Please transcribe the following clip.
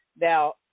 Now